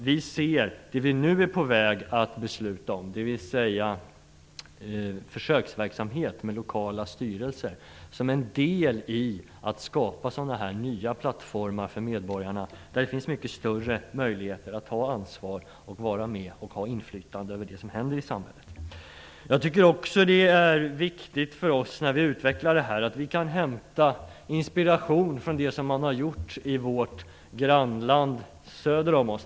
Vi ser det som nu är på väg att beslutas, en försöksverksamhet med lokala skolstyrelser, som en del i skapandet av sådana nya medborgarplattformar, som ger mycket större möjligheter att ta ansvar för och utöva inflytande över det som händer i samhället. Jag tycker också att det är viktigt för oss när vi utvecklar det här att hämta inspiration från det man har gjort i vårt södra grannland Danmark.